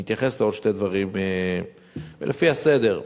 אני אתייחס לעוד שני דברים, לפי הסדר,